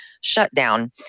shutdown